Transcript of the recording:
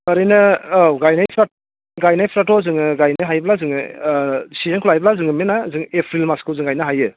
ओरैनो औ गायनायफ्राथ' जोङो गायनो हायोब्ला जोङो सिजोनखौ लायोब्ला जों मैना एप्रिल मासखौ जों गायनो हायो